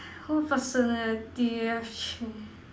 what personality have change